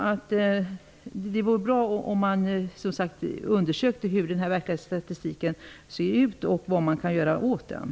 Det vore bra om man undersökte hur den verkliga statistiken ser ut och vad man kan göra åt problemet.